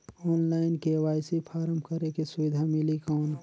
Online KYC form करेके सुविधा मिली कौन?